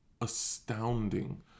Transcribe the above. astounding